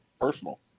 personal